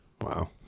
Wow